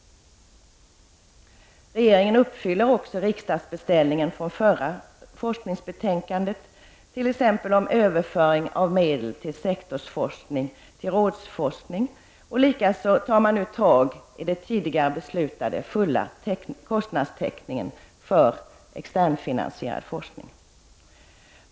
Regeringen uppfyllde också riksdagsbeställningar från förra forskningsbetänkandet, t.ex. en överföring av medel från sektorsforskning till rådsforskning och likaså tar man nu tag i den tidigare beslutade fulla kostnadstäckningen för externfinansierad forskning.